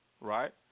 right